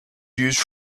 used